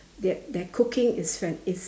their their cooking is fan~ is